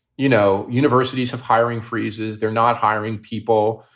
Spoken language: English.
you know, universities have hiring freezes. they're not hiring people.